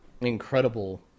incredible